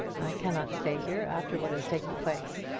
cannot stay here after what has taken place.